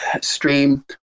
stream